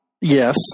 Yes